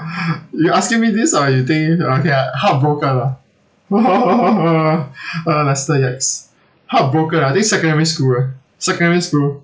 you asking me this or you think uh okay ah heartbroken ah !wah! uh lester yes heartbroken ah I think secondary school ah secondary school